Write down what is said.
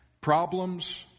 problems